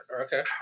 Okay